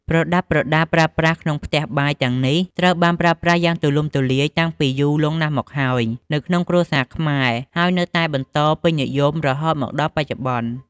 ប្រដាប់ប្រដាប្រើប្រាស់ក្នុងផ្ទះបាយទាំងនេះ ត្រូវបានប្រើប្រាស់យ៉ាងទូលំទូលាយតាំងពីយូរលង់ណាស់មកហើយនៅក្នុងគ្រួសារខ្មែរ ហើយនៅតែបន្តពេញនិយមរហូតមកដល់បច្ចុប្បន្ន។